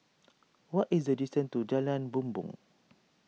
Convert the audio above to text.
what is the distance to Jalan Bumbong